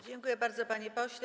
Dziękuję bardzo, panie pośle.